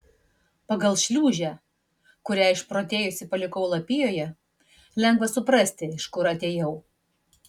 pagal šliūžę kurią išprotėjusi palikau lapijoje lengva suprasti iš kur atėjau